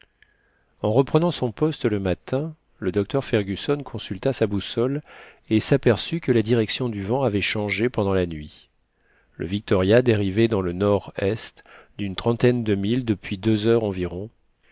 en reprenant son poste le matin le docteur fergusson consulta sa boussole et s'aperçut que la direction du vent avait changé pendant la nuit le victoria dérivait dans le nord-est d'une trentaine de milles depuis deux heures environ